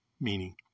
meaning